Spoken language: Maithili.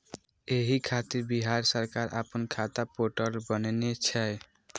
एहि खातिर बिहार सरकार अपना खाता पोर्टल बनेने छै